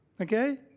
okay